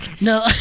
No